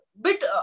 bit